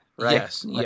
Yes